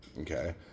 Okay